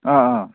ꯑꯥ ꯑꯥ